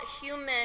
human